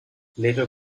later